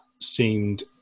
seemed